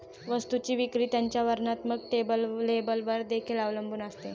वस्तूची विक्री त्याच्या वर्णात्मक लेबलवर देखील अवलंबून असते